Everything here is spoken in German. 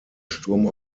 sturm